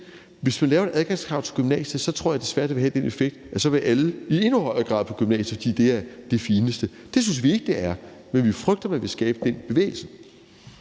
Hvis man laver et adgangskrav til gymnasiet, tror jeg desværre, det vil have den effekt, at alle så i endnu højere grad vil på gymnasiet, fordi det er det fineste. Det synes vi ikke det er, men vi frygter, at man vil skabe den bevægelse.